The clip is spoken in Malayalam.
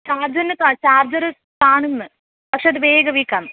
ചാർജറിന് ചാർജ്റ് കാണുന്ന് പക്ഷേ അത് വേഗം വീക്കാന്ന്